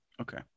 Okay